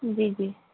جی جی